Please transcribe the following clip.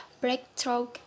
breakthrough